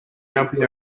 jumping